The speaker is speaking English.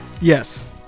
Yes